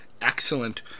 Excellent